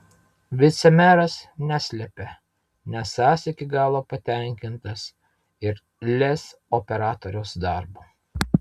vicemeras neslepia nesąs iki galo patenkintas ir lez operatoriaus darbu